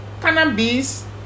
cannabis